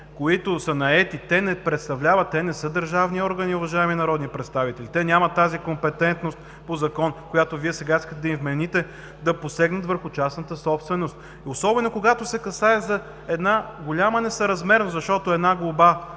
които са наети, не представляват, те не са държавни органи, уважаеми народни представители. Те нямат тази компетентност по закон, която Вие сега искате да им вмените – да посегнат върху частната собственост, особено когато се касае за голяма несъразмерност, защото една глоба